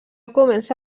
comença